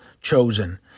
chosen